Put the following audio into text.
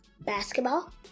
Basketball